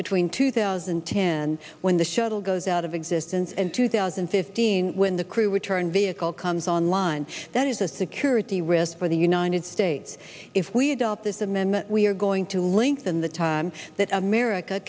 between two thousand and ten when the shuttle goes out of existence in two thousand and fifteen when the crew would turn vehicle comes online that is a security risk for the united states if we adopt this amendment we are going to lengthen the time that america